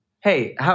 hey